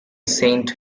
saint